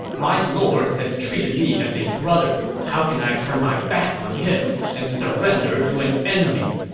my lord has treated me as a brother how can i turn my back on him and surrender to an enemy?